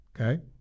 okay